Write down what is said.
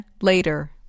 later